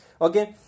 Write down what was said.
okay